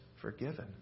forgiven